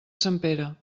sempere